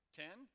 ten